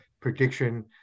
prediction